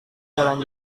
jalan